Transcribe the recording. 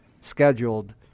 scheduled